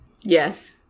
Yes